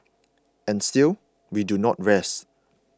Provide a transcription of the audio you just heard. and still we do not rest